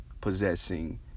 possessing